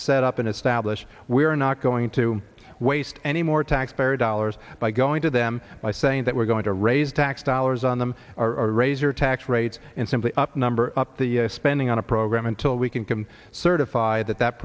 set up in establish we are not going to waste any more taxpayer dollars by going to them by saying that we're going to raise tax dollars on them or raise your tax rates and simply up number up the spending on a program until we can can certify that that